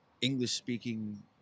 English-speaking